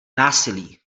násilí